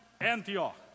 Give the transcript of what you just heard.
Antioch